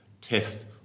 test